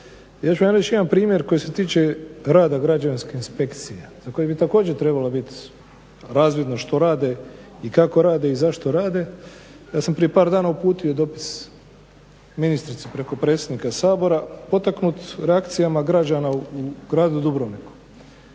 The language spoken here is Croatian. reći jedan primjer što se tiče grada građevinske inspekcije za koje bi također trebala biti razvidno što rade i kako rade i zašto rade. Ja sam prije par dana uputio dopis ministrici preko predsjednika Sabora potaknut reakcijama građana u gradu Dubrovniku.